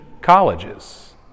colleges